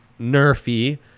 nerfy